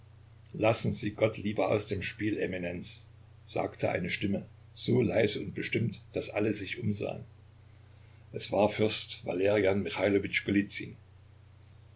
lassen sie gott lieber aus dem spiel eminenz sagte eine stimme so leise und bestimmt daß alle sich umsahen es war fürst valerian